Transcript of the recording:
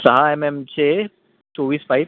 सहा एमे मचे चोवीस पाईप